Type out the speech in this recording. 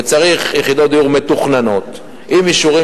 וצריך יחידות דיור מתוכננות עם אישורים